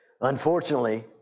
Unfortunately